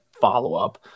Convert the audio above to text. follow-up